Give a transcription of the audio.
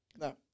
No